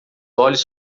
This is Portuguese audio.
olhos